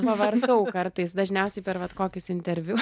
pavartau kartais dažniausiai per vat kokius interviu